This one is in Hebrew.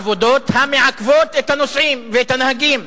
עבודות המעכבות את הנוסעים ואת הנהגים.